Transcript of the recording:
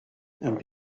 and